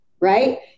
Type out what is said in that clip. right